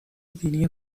دینی